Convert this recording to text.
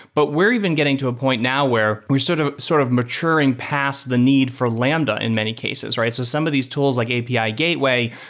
but we're even getting to a point now where we're sort of sort of maturing past the need for lambda in many cases, right? so some of these tools like api gateway,